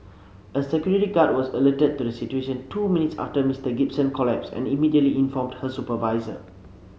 a security guard was alerted to the situation two minutes after Mister Gibson collapsed and immediately informed her supervisor